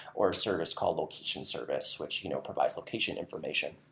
or service call location service, which you know provides location information,